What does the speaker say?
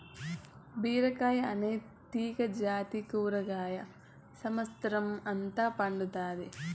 బీరకాయ అనే తీగ జాతి కూరగాయ సమత్సరం అంత పండుతాది